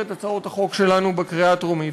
את הצעות החוק שלנו בקריאה הטרומית,